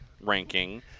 ranking